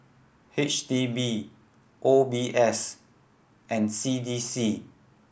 H D B O B S and C D C